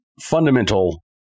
fundamental